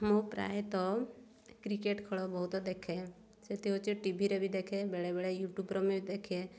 ମୁଁ ପ୍ରାୟତଃ କ୍ରିକେଟ ଖେଳ ବହୁତ ଦେଖେ ସେଥି ହେଉଛି ଟିଭିରେ ବି ଦେଖେ ବେଳେବେଳେ ୟୁଟ୍ୟୁବର ମୁଁଇ ଦେଖେ